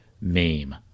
meme